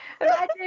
imagine